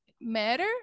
matter